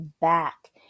back